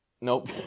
Nope